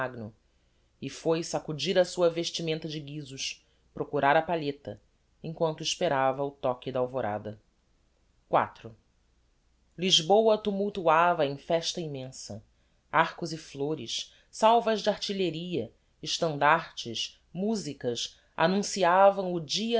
magno e foi sacudir a sua vestimenta de guisos procurar a palheta emquanto esperava o toque da alvorada iv lisboa tumultuava em festa immensa arcos e flôres salvas de artilheria estandartes musicas annunciavam o dia